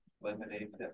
lemonade